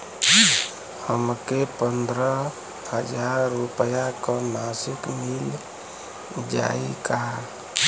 हमके पन्द्रह हजार रूपया क मासिक मिल जाई का?